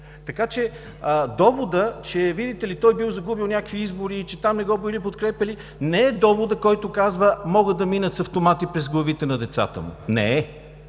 Така че доводът, че, видите ли, той бил загубил някакви избори и че там не го били подкрепяли, не е доводът, който казва: „Могат да минат с автомати през главите на децата му.“ Не е!